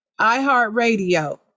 iHeartRadio